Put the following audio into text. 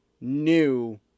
new